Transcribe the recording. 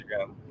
Instagram